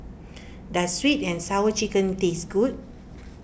does Sweet and Sour Chicken taste good